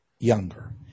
Younger